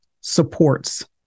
supports